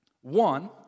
One